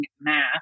math